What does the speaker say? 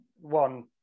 one